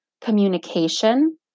communication